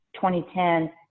2010